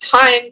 time